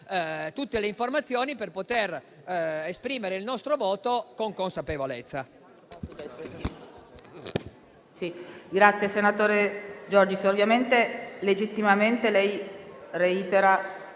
tutte le informazioni per poter esprimere il nostro voto con consapevolezza.